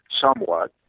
somewhat